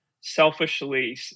selfishly